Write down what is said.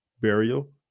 burial